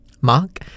Mark